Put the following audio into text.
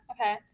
okay